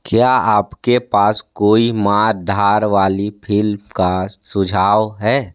क्या आपके पास कोई मार धाड़ वाली फिल्म का सुझाव है